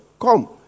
Come